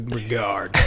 regard